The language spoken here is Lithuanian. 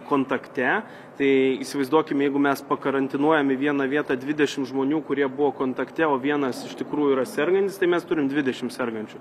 kontakte tai įsivaizduokim jeigu mes pakarantinuojam į vieną vietą dvidešim žmonių kurie buvo kontakte o vienas iš tikrųjų yra sergantis tai mes turim dvidešim sergančių